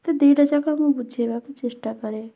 ସେ ଦୁଇଟା ଯାକ ମୁଁ ବୁଝେଇବାକୁ ଚେଷ୍ଟା କରେ